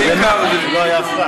נכון או לא?